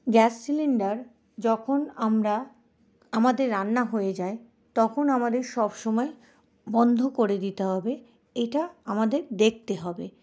gas cylinder যখন আমরা আমাদের রান্না হয়ে যাই তখন আমাদের সব সময় বন্ধ করে দিতে হবে এটা আমাদের দেখতে হবে